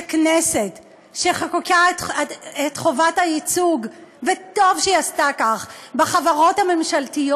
יציג את ההצעה חבר הכנסת סלומינסקי.